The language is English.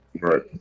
Right